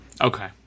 Okay